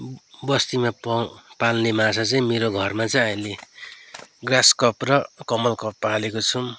बस्तीमा प पाल्ने माछा चाहिँ मेरो घरमा चाहिँ अहिले ग्रासकप र कमलकप पालेको छौँ